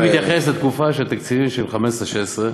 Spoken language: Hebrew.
אני מתייחס לתקופה של התקציבים של 2015 2016,